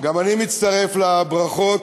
גם אני מצטרף לברכות.